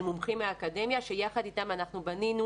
של מומחים מהאקדמיה שיחד אתם בנינו